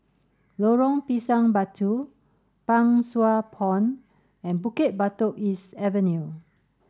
Lorong Pisang Batu Pang Sua Pond and Bukit Batok East Avenue